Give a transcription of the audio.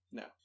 no